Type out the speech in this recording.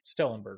Stellenberg